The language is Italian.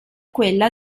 quella